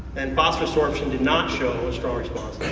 and phosphorous sorption did not show a strong response